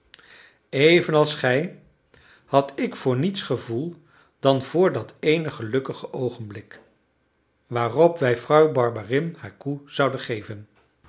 evenals gij had ik voor niets gevoel dan voor dat ééne gelukkige oogenblik waarop wij vrouw barberin haar koe zouden geven